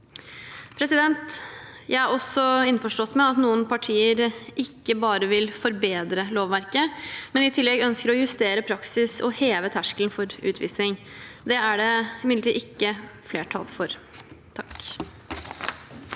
Jeg er også innforstått med at noen partier ikke bare vil forbedre lovverket, men i tillegg ønsker å justere praksis og heve terskelen for utvisning. Det er det imidlertid ikke flertall for.